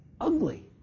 ugly